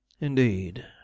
Indeed